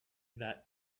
that